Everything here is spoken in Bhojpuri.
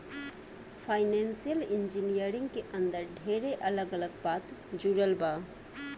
फाइनेंशियल इंजीनियरिंग के अंदर ढेरे अलग अलग बात जुड़ल बा